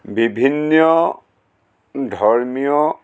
বিভিন্নীয় ধৰ্মীয়